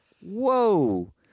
whoa